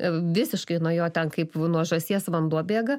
visiškai nuo jo ten kaip nuo žąsies vanduo bėga